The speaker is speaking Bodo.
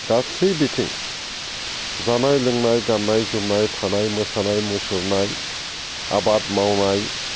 गासै बिथिं जानाय लोंनाय गाननाय जोमनाय थानाय मोसानाय मुसुरनाय आबाद मावनाय